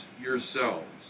yourselves